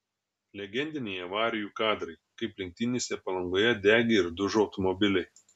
legendiniai avarijų kadrai kaip lenktynėse palangoje degė ir dužo automobiliai